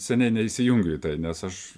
seniai neįsijungiu į tai nes aš